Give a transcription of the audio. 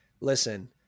Listen